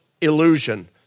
illusion